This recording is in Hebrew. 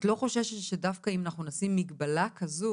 את לא חוששת שדווקא אם אנחנו נשים מגבלה כזו